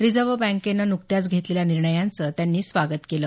reserve बँकेनं नुकत्याच घेतलेल्या निर्णयांचं त्यांनी स्वागत केलं